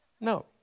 No